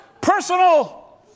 Personal